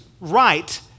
right